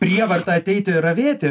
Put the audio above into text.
prievarta ateiti ir ravėti